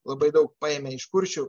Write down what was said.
labai daug paėmė iš kuršių